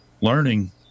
learning